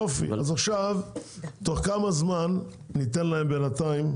יופי, אז עכשיו: תוך כמה זמן ניתן להם בינתיים?